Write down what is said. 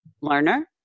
learner